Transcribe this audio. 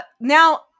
now